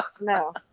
No